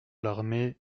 l’armée